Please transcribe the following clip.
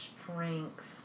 strength